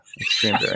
extreme